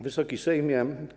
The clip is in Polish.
Wysoki Sejmie!